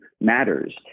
matters